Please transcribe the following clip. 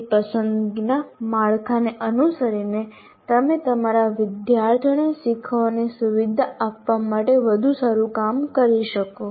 તમારી પસંદગીના માળખાને અનુસરીને તમે તમારા વિદ્યાર્થીઓને શીખવાની સુવિધા આપવા માટે વધુ સારું કામ કરશો